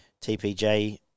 TPJ